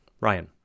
Ryan